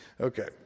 Okay